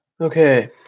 Okay